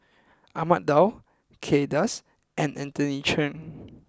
Ahmad Daud Kay Das and Anthony Chen